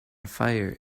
fire